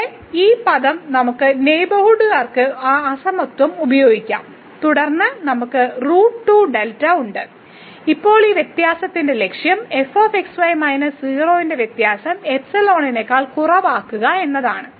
ഇവിടെ ഈ പദം നമുക്ക് നെയ്ബർഹുഡ് കൾക്ക് ആ അസമത്വം ഉപയോഗിക്കാം തുടർന്ന് നമുക്ക് ഉണ്ട് ഇപ്പോൾ ഈ വ്യത്യാസത്തിന്റെ ലക്ഷ്യം f x y മൈനസ് 0 ന്റെ വ്യത്യാസം നേക്കാൾ കുറവാക്കുക എന്നതാണ്